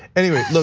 anyway,